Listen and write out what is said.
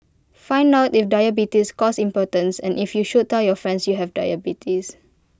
find out if diabetes causes impotence and if you should tell your friends you have diabetes